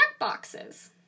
checkboxes